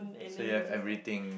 say you have everything